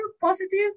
positive